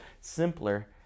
simpler